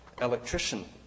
electrician